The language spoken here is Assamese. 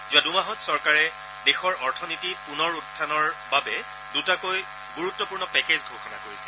যোৱা দুমাহত চৰকাৰে দেশৰ অথীনীতি পুনৰ উখানৰ বাবে দুটাকৈ গুৰুত্বপূৰ্ণ পেকেজ ঘোষণা কৰিছে